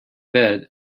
bed